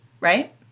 right